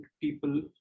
people